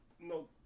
no